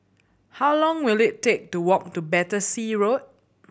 how long will it take to walk to Battersea Road